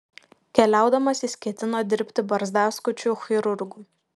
keliaudamas jis ketino dirbti barzdaskučiu chirurgu